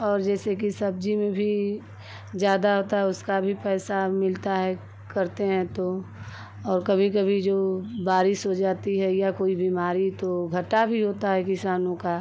और जैसे कि सब्जी में भी ज़्यादा होता है उसका भी पैसा मिलता है करते हैं तो और कभी कभी जो बारिश हो जाती है या कोई बीमारी तो घटा भी होता है किसानों का